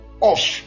off